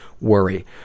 worry